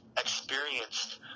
experienced